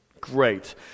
great